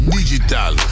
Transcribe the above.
Digital